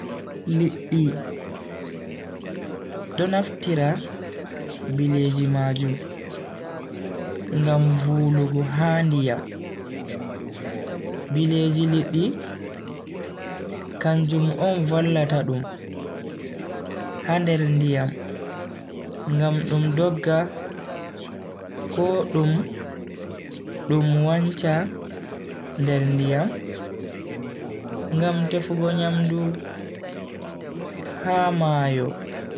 Liddi do naftira bileeje majum ngam vulugo ha ndiyam, bileeji liddi kanjum on vallata dum ha nder ndiyam ngam dum dogga ko dum dum wancha nder ndiyam ngam tefugo nyamdu ha mayo.